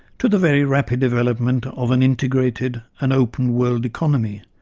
to the very rapid development of an integrated and open world economy,